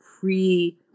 pre